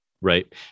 Right